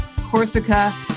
Corsica